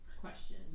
question